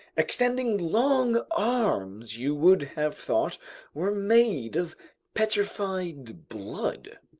extending long arms you would have thought were made of petrified blood.